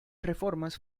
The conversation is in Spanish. reformas